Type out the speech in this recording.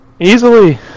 Easily